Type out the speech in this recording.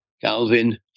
Calvin